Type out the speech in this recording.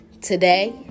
today